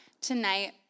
tonight